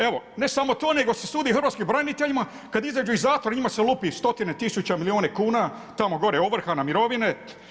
Evo ne samo to nego se sudi hrvatskim braniteljima kad izađu iz zatvora njima se lupi stotine tisuća milijuni kuna tamo gore ovrha na mirovine.